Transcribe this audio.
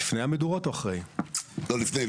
מדובר במצבים שבהם,